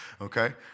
okay